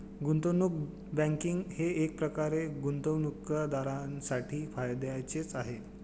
गुंतवणूक बँकिंग हे एकप्रकारे गुंतवणूकदारांसाठी फायद्याचेच आहे